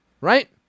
right